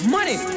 Money